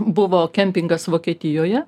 buvo kempingas vokietijoje